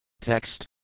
Text